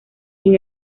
sin